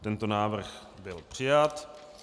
Tento návrh byl přijat.